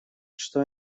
что